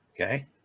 Okay